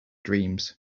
dreams